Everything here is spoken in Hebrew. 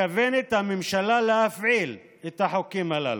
מתכוונת הממשלה להפעיל את החוקים הללו?